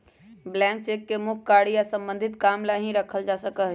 blank cheque के मुख्य कार्य या सम्बन्धित काम ला ही रखा जा सका हई